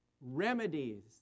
Remedies